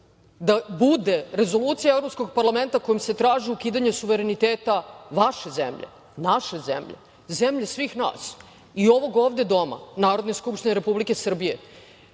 da bude rezolucija Evropskog parlamenta kojom se traži ukidanje suvereniteta vaše zemlje, naše zemlje, zemlje svih nas i ovog ovde Doma, Narodne skupštine Republike Srbije